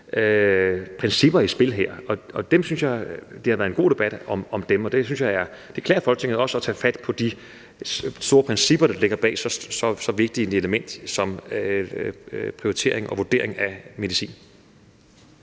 principper i spil her, og dem synes jeg der har været en god debat om. Og det klæder Folketinget også at tage fat på de store principper, der ligger bag så vigtigt et element som prioritering og vurdering af medicin.